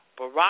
Barack